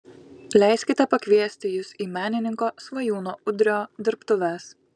leiskite pakviesti jus į menininko svajūno udrio dirbtuves